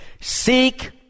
Seek